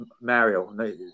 Mario